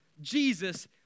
Jesus